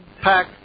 pack